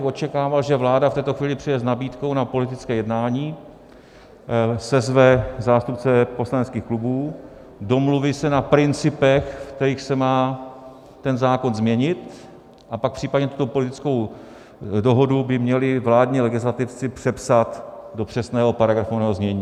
Očekával bych, že vláda v této chvíli přijde s nabídkou na politické jednání, sezve zástupce poslaneckých klubů, domluví se na principech, ve kterých se má ten zákon změnit, a pak případně tuto politickou dohodu by měli vládní legislativci přepsat do přesného paragrafovaného znění.